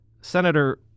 Senator